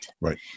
Right